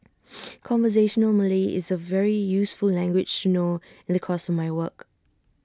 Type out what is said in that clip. conversational Malay is A very useful language to know in the course of my work